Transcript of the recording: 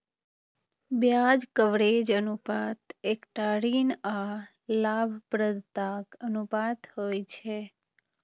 ब्याज कवरेज अनुपात एकटा ऋण आ लाभप्रदताक अनुपात होइ छै